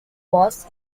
was